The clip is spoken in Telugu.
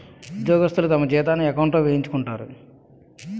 ఉద్యోగస్తులు తమ జీతాన్ని ఎకౌంట్లో వేయించుకుంటారు